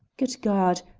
good god!